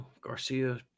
Garcia